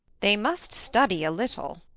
they must study a little,